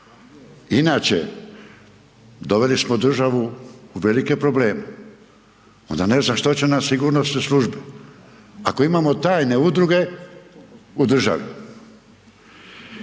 Inače, doveli smo državu u velike probleme onda ne znam što će nam sigurnosne službe ako imamo tajne udruge u državi.